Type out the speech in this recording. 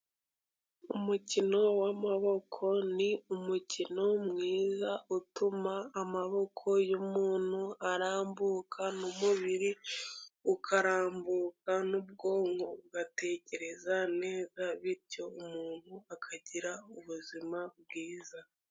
Umukino w'amaboko ni umukino mwiza. Utuma amaboko y'umuntu arambuka n'umubiri ukarambuka n'ubwonko ugatekereza neza, bityo umuntu akagira ubuzima bwiza.